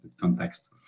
context